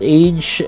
age